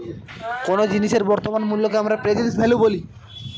কোন জিনিসের বর্তমান মুল্যকে আমরা প্রেসেন্ট ভ্যালু বলি